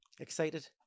Excited